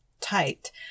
tight